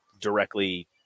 directly